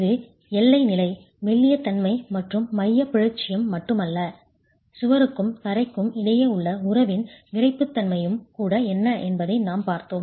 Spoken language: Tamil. இது எல்லை நிலை மெல்லிய தன்மை மற்றும் மையப் பிறழ்ச்சி மட்டுமல்ல சுவருக்கும் தரைக்கும் இடையே உள்ள உறவின் விறைப்புத்தன்மையும் கூட என்ன என்பதை நாம் பார்த்தோம்